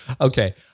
Okay